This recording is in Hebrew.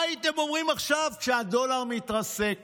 מה הייתם אומרים עכשיו, כשהדולר מתרסק